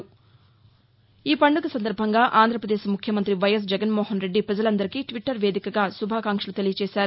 వినాయక చవితి పండుగ సందర్భంగా ఆంధ్రప్రదేశ్ ముఖ్యమంతి వైఎస్ జగన్మోహన్రెడ్డి ప్రజలందరికీ ట్విట్లర్ వేదికగా శుభాకాంక్షలు తెలియజేశారు